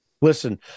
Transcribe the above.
Listen